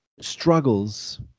struggles